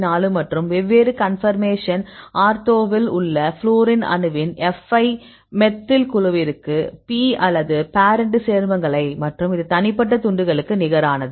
4 மற்றும் வெவ்வேறு கன்பர்மேஷன் ஆர்த்தோவில் உள்ள ஃப்ளோரின் அணுவின் fi மெத்தில் குழுவிற்கு P அல்லது பேரண்ட் சேர்மங்களை மற்றும் இது தனிப்பட்ட துண்டுகளுக்கு நிகரானது